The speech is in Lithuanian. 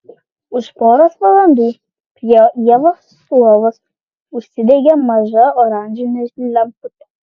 už poros valandų prie ievos lovos užsidegė maža oranžinė lemputė